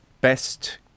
Best